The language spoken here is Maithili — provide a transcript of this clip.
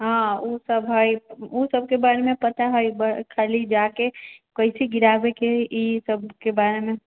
हँ उसब है उसबके बारेमे पता है खाली जाइके कैसे गिराबयके है इसबके बारेमे